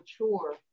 mature